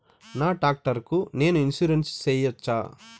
నా టాక్టర్ కు నేను ఇన్సూరెన్సు సేయొచ్చా?